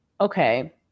okay